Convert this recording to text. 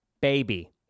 Baby